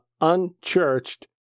unchurched